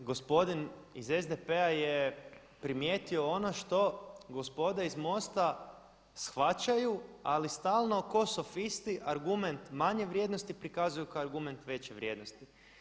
Da, gospodin iz SDP-a je primijetio ono što gospoda iz MOST-a shvaćaju ali stalno kao sofisti argument manje vrijednosti prikazuju kao argument veće vrijednosti.